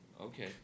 Okay